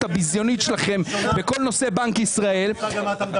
הביזיונית שלכם בכל נושא בנק ישראל --- אין לך מושג על מה אתה מדבר.